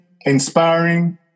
inspiring